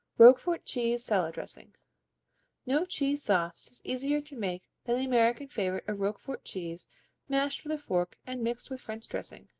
roquefort cheese salad dressing no cheese sauce is easier to make than the american favorite of roquefort cheese mashed with a fork and mixed with french dressing.